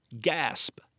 Gasp